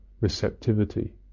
receptivity